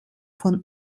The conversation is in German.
von